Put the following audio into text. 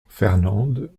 fernande